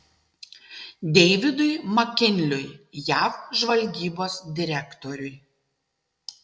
deividui makinliui jav žvalgybos direktoriui